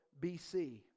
bc